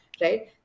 right